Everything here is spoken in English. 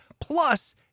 plus